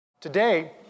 Today